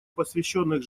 посвященных